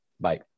Bye